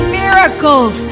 miracles